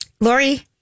Lori